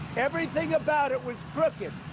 everything about it was crooked,